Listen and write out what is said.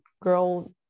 girl